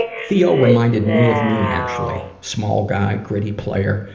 theo reminded me of me actually, small guy, gritty player,